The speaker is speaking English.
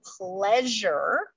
pleasure